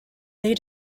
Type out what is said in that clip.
they